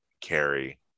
carry